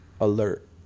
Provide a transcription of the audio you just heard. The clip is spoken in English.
alert